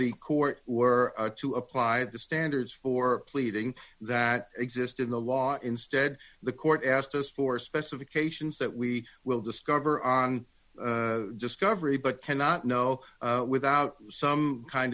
the court were to apply the standards for pleading that exist in the law instead the court asked us for specifications that we will discover on discovery but cannot know without some kind